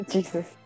Jesus